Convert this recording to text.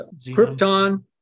krypton